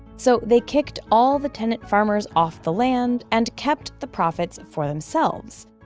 so they kicked all the tenant farmers off the land and kept the profits for themselves.